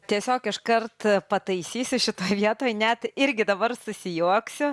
tiesiog iškart pataisysiu šitoj vietoj net irgi dabar susijuoksiu